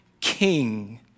king